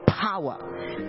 power